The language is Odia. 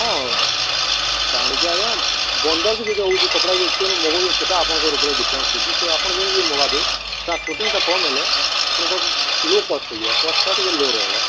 ହଁ କ'ଣ କପଡ଼ା ଯେତିକି ସେଟା ଆପଣଙ୍କର ଉପରେ ଡିପେଣ୍ଡ ସେ ଆପଣ ମଗାଇବେ ଟ୍ରାନ୍ସପୋଟିଙ୍ଗଟା କମ୍ ହେଲେ ଆପଣଙ୍କର ଲୋ କଷ୍ଟ ହୋଇଯିବ କଷ୍ଟଟା ଟିକେ ଲୋ ରହିବ